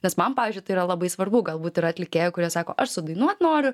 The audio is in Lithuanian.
nes man pavyzdžiui tai yra labai svarbu galbūt yra atlikėjų kurie sako aš sudainuot noriu